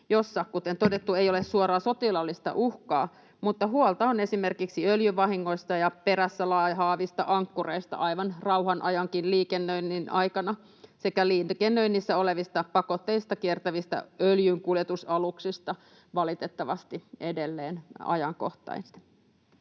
jossa, kuten todettu, ei ole suoraa sotilaallista uhkaa mutta huolta on esimerkiksi öljyvahingoista ja perässä laahaavista ankkureista aivan rauhanajankin liikennöinnin aikana sekä liikennöinnissä olevista pakotteita kiertävistä öljynkuljetusaluksista — valitettavasti edelleen ajankohtaista.